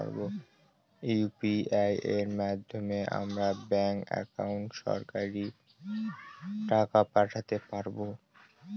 UPI এর মাধ্যমে আমরা ব্যাঙ্ক একাউন্টে সরাসরি টাকা পাঠাতে পারবো?